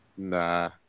nah